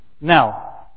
Now